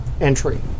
entry